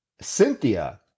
Cynthia